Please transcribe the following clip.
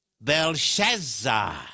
Belshazzar